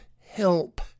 help